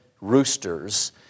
roosters